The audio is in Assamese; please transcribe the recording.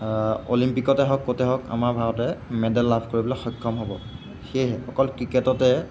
অলিম্পিকতে হওক ক'তে হওক আমাৰ ভাৰতে মেডেল লাভ কৰিবলৈ সক্ষম হ'ব সেয়েহে অকল ক্ৰিকেটতে